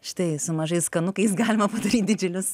štai su mažais skanukais galima padaryt didžiulius